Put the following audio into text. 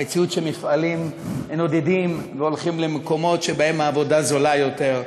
המציאות שמפעלים נודדים והולכים למקומות שבהם העבודה זולה יותר,